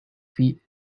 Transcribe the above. feet